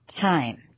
time